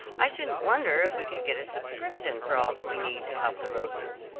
i shouldn't wonder if we could get a subscription for all that we need to help the rosas,